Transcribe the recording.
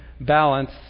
balance